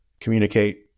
communicate